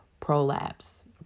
Prolapse